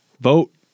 vote